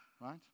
right